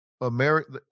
America